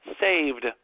saved